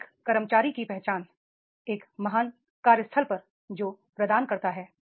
तो एक कर्मचारी को पहचान एक महान कार्यस्थल पर जो प्रदान करता है